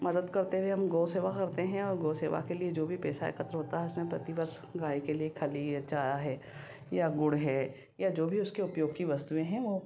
मदद करते हुए हम गौ सेवा करते हैं और गौ सेवा के लिए जो भी पैसा एकत्र होता है उसमें प्रति वर्ष गाय के लिए खली या चा है या गुड़ है या जो भी उसके उपयोग की वस्तुएँ हैं वो